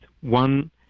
One